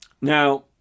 Now